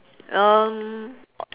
um